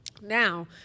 Now